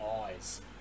eyes